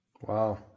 Wow